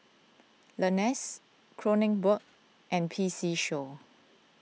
Lenas Kronenbourg and P C Show